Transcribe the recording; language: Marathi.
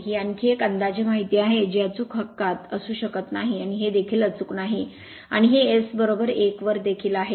ही आणखी एक अंदाजे माहिती आहे जी अचूक हक्कात असू शकत नाही आणि हे देखील अचूक नाही आणि हे S 1 वर देखील आहे